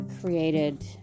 created